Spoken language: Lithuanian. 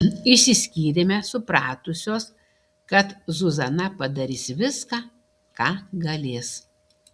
išsiskyrėme supratusios kad zuzana padarys viską ką galės